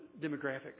demographic